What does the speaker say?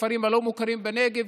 הכפרים הלא-מוכרים בנגב,